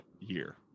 year